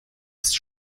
ist